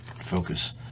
focus